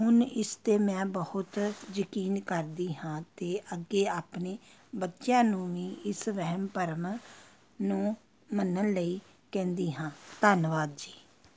ਹੁਣ ਇਸ 'ਤੇ ਮੈਂ ਬਹੁਤ ਯਕੀਨ ਕਰਦੀ ਹਾਂ ਅਤੇ ਅੱਗੇ ਆਪਣੇ ਬੱਚਿਆਂ ਨੂੰ ਵੀ ਇਸ ਵਹਿਮ ਭਰਮ ਨੂੰ ਮੰਨਣ ਲਈ ਕਹਿੰਦੀ ਹਾਂ ਧੰਨਵਾਦ ਜੀ